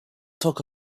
talk